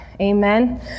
Amen